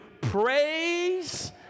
praise